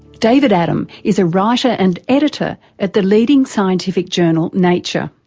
david adam is a writer and editor at the leading scientific journal nature.